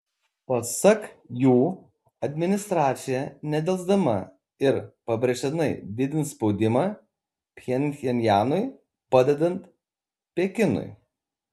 pasak jų administracija nedelsdama ir pabrėžtinai didins spaudimą pchenjanui padedant pekinui